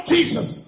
Jesus